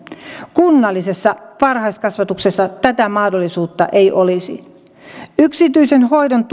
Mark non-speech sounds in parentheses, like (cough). kunnallisessa varhaiskasvatuksessa tätä mahdollisuutta ei olisi yksityisen hoidon (unintelligible)